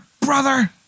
brother